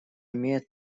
имеет